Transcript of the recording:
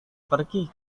pergi